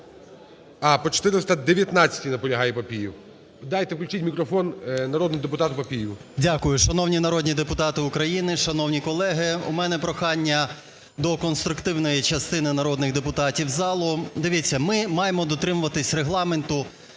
А, по 419-й наполягає Папієв. Дайте, включіть мікрофон народному депутату Папієву. 12:36:26 ПАПІЄВ М.М. Дякую. Шановні народні депутати України, шановні колеги, у мене прохання до конструктивної частини народних депутатів залу. Дивіться, ми маємо дотримуватись Регламенту